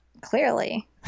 Clearly